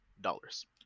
dollars